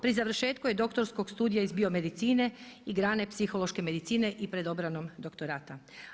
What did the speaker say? Pri završetku je doktorskog studija iz biomedicine i grane psihološke medicine i pred obranom doktorata.